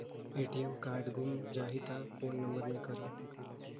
ATM card गुम जाही त कौन नम्बर मे करव?